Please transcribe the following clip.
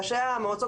ראשי המועצות,